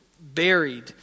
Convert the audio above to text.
buried